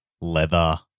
leather